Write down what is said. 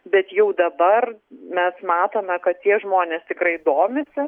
bet jau dabar mes matome kad tie žmonės tikrai domisi